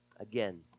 Again